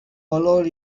valor